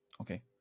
Okay